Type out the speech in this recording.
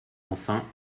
enfin